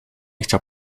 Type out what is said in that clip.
chciał